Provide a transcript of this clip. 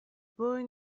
boy